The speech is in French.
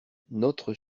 notre